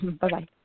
Bye-bye